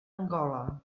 angola